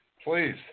Please